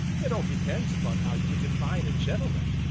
that all depends upon how you would define a gentleman.